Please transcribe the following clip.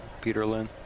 Peterlin